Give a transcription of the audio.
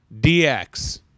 DX